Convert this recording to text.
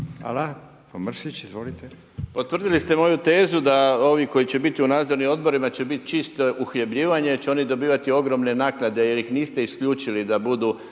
Mirando (Demokrati)** Potvrdili ste moju tezu da ovi koji će biti u Nadzornim odborima će biti čisto uhljebljivanje jer će oni dobivati ogromne naknade jer ih niste isključili da bude